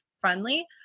friendly